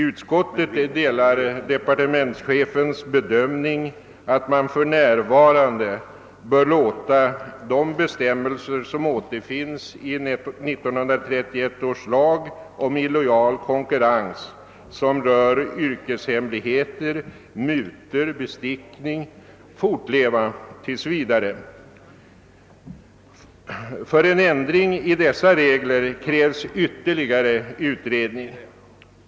Utskottet delar departementschefens bedömning, att man för närvarande bör låta de bestämmelser, som återfinns i 1931 års lag om illojal konkurrens och rör yrkeshemligheter, mutor och bestickning, fortleva tills vidare. För en ändring i dessa regler krävs ytterligare utredning.